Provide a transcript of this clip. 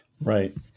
Right